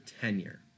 tenure